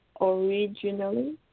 originally